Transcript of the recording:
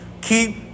Keep